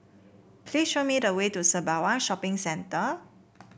please show me the way to Sembawang Shopping Centre